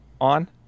on